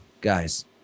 guys